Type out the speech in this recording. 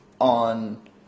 on